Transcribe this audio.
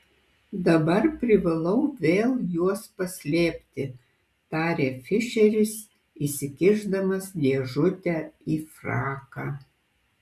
dabar privalau vėl juos paslėpti tarė fišeris įsikišdamas dėžutę į fraką